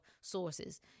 sources